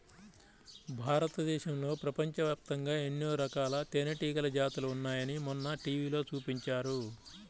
భారతదేశంలో, ప్రపంచవ్యాప్తంగా ఎన్నో రకాల తేనెటీగల జాతులు ఉన్నాయని మొన్న టీవీలో చూపించారు